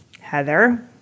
Heather